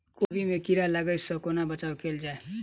कोबी मे कीड़ा लागै सअ कोना बचाऊ कैल जाएँ?